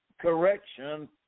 correction